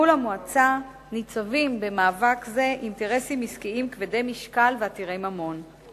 מול המועצה ניצבים במאבק זה אינטרסים עסקיים כבדי משקל ועתירי ממון.